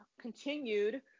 continued